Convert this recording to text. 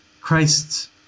Christ